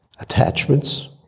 Attachments